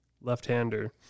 left-hander